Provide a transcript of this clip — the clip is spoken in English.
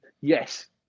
yes